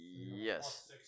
Yes